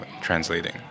translating